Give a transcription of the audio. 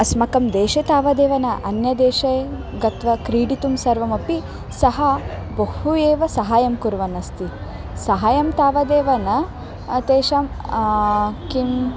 अस्माकं देशे तावदेव न अन्यदेशे गत्वा क्रीडितुं सर्वमपि सः बहु एव सहाय्यं कुर्वन् अस्ति सहाय्यं तावदेव न तेषां किम्